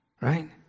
right